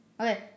Okay